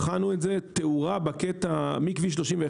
בחנו את זה ועשינו תאורה בקטע שמכביש 31,